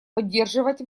поддерживать